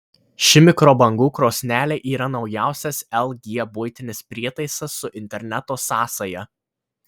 ši mikrobangų krosnelė yra naujausias lg buitinis prietaisas su interneto sąsaja